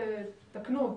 תקנו אותי.